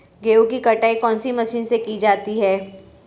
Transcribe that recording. गेहूँ की कटाई कौनसी मशीन से की जाती है?